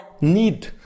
need